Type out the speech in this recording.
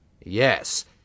Yes